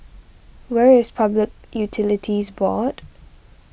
where is Public Utilities Board